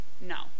No